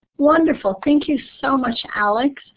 wonderful. thank you so much, alex.